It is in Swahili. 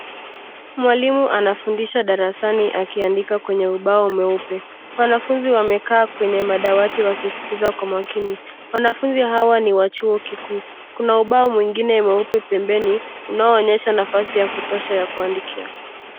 Mwalimu anafundisha darasani akiandika kwenye ubao mweupe. Wanafunzi wamekaa kwenye madawati wakiskiza kwa makini. Wanafunzi hawa ni wa chuo kikuu. Kuna ubao mwingine mweupe pembeni unaoonyesha nafasi ya kutosha ya kuandikia.